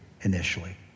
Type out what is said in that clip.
initially